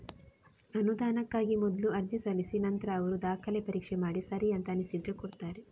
ಅನುದಾನಕ್ಕಾಗಿ ಮೊದ್ಲು ಅರ್ಜಿ ಸಲ್ಲಿಸಿ ನಂತ್ರ ಅವ್ರು ದಾಖಲೆ ಪರೀಕ್ಷೆ ಮಾಡಿ ಸರಿ ಅಂತ ಅನ್ಸಿದ್ರೆ ಕೊಡ್ತಾರೆ